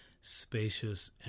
spacious